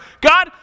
God